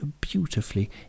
beautifully